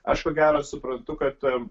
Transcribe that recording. aš ko gero suprantu kad